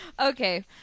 Okay